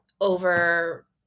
over